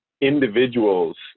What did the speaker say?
individuals